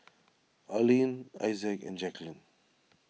Allene Issac and Jacklyn